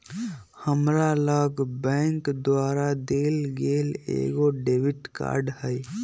हमरा लग बैंक द्वारा देल गेल एगो डेबिट कार्ड हइ